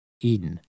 Eden